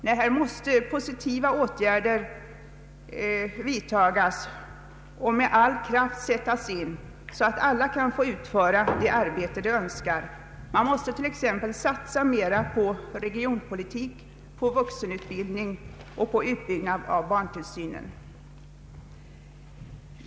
Flera positiva åtgärder måste vidtagas och sättas in med all kraft så att alla kan få utföra det arbete de önskar. Man måste exempelvis satsa mera på regionpolitik, på vuxenutbildning och på utbyggnad av barntillsynen.